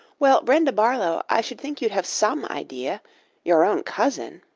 well, brenda barlow, i should think you'd have some idea your own cousin.